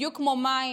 בדיוק כמו מים